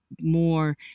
more